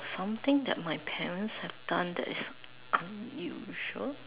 something that my parents have done that is unusual